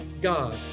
God